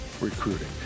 recruiting